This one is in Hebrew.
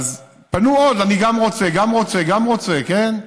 פנו עוד: אני גם רוצה, גם רוצה, גם רוצה, כן?